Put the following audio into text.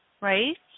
right